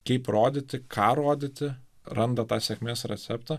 kaip rodyti ką rodyti randa tą sėkmės receptą